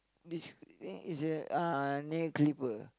this thing is a uh nail clipper